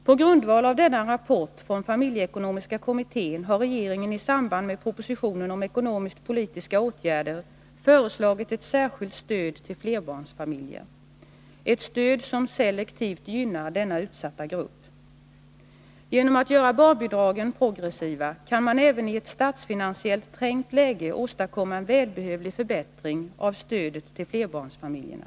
På grundval av denna rapport från familjeekonomiska kommittén har regeringen i samband med utarbetandet av propositionen om ekonomiskpolitiska åtgärder föreslagit ett särskilt stöd till flerbarnsfamiljer, ett stöd som selektivt gynnar denna utsatta grupp. Genom att göra barnbidragen progressiva kan man även i ett statsfinansiellt trängt läge åstadkomma en välbehövlig förbättring av stödet till barnfamiljerna.